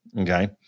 okay